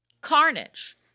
carnage